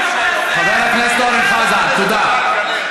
חבר הכנסת אורן חזן, תודה.